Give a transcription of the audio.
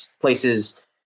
places